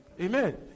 Amen